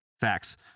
facts